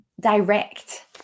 direct